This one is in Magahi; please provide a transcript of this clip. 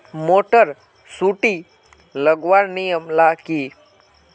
मोटर सुटी लगवार नियम ला की?